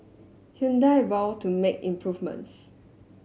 Hyundai vow to make improvements